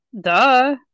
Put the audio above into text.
duh